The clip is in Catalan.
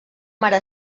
mare